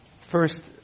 first